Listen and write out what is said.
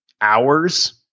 hours